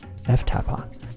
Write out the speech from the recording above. ftapon